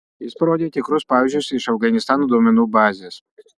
jis parodė tikrus pavyzdžius iš afganistano duomenų bazės